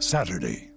Saturday